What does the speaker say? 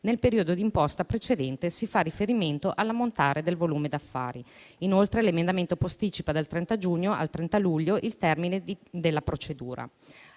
nel periodo d'imposta precedente, si fa riferimento all'ammontare del volume d'affari. Inoltre, l'emendamento posticipa dal 30 giugno al 30 luglio il termine della procedura.